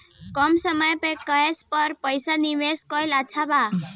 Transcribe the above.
कम समय के लिए केस पर पईसा निवेश करल अच्छा बा?